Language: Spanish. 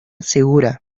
segura